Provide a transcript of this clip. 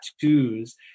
tattoos